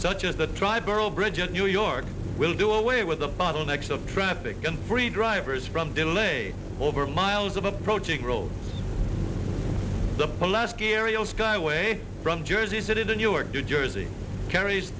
such as the triborough bridge in new york will do away with the bottlenecks of traffic and free drivers from delay over miles of approaching road the poll last kerio skyway from jersey city to newark new jersey carries